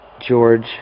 George